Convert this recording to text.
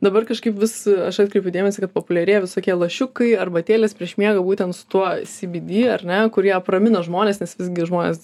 dabar kažkaip vis aš atkreipiu dėmesį kad populiarėja visokie lašiukai arbatėlės prieš miegą būtent tuo sybydy ar ne kurie apramina žmones nes visgi žmonės